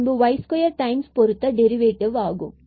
பின்பு இது y2 times பொருத்த டெரிவேட்டிவ் ஆகும்